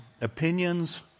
Opinions